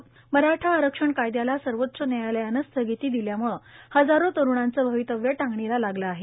मराठा मराठा आरक्षण कायद्याला सर्वोच्च त्यायालयानं स्थगिती दिल्यामुळे हजारो तरुणांचं भवितव्य टांगणीला लागलं आहे